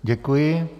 Děkuji.